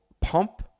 pump